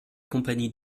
compagnies